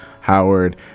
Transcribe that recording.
Howard